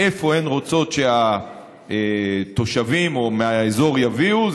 איפה הן רוצות שהתושבים מהאזור יביאו,